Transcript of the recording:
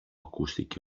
ακούστηκε